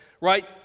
right